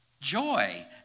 Joy